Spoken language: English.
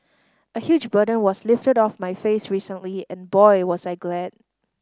a huge burden was lifted off my face recently and boy was I glad